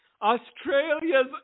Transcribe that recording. Australia's